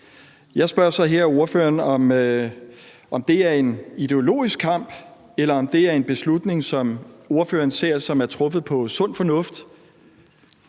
Jeg spørger så her ordføreren, om det er en ideologisk kamp, eller om det er en beslutning, som ordføreren anser som truffet ud fra sund fornuft.